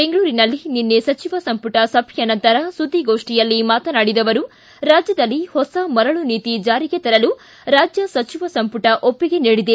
ಬೆಂಗಳೂರಿನಲ್ಲಿ ನಿನ್ನೆ ಸಚಿವ ಸಂಪುಟ ಸಭೆಯ ನಂತರ ಸುದ್ದಿಗೋಷ್ಠಿಯಲ್ಲಿ ಮಾತನಾಡಿದ ಅವರು ರಾಜ್ಯದಲ್ಲಿ ಹೊಸ ಮರಳು ನೀತಿ ಜಾರಿಗೆ ತರಲು ರಾಜ್ಯ ಸಚಿವ ಸಂಪುಟ ಒಪ್ಪಿಗೆ ನೀಡಿದೆ